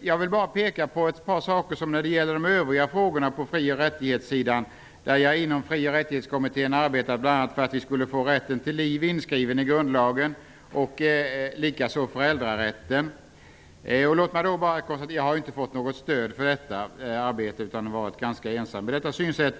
Jag vill bara peka på ett par saker när det gäller de övriga frågorna inom fri och rättighetsområdet. Jag har inom Fri och rättighetskommittén bl.a. arbetat för att vi skulle rätten till liv inskriven i grundlagen, likaså föräldrarätten. Låt mig konstatera att jag inte fått något stöd för detta, utan jag har varit ganska ensam om detta synsätt.